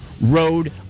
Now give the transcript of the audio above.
road